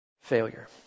Failure